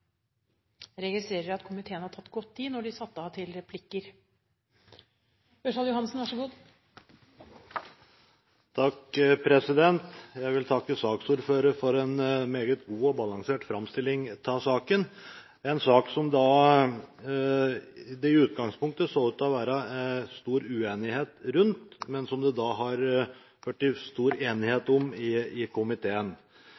Jeg vil takke saksordføreren for en meget god og balansert framstilling av saken, en sak som det i utgangspunktet så ut til å være stor uenighet rundt, men som det har blitt stor